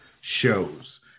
shows